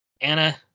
anna